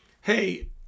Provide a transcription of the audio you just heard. hey